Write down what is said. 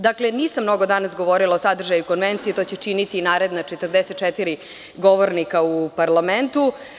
Dakle, nisam mnogo danas govorila o sadržaju konvencije, to će činiti naredna 44 govornika u parlamentu.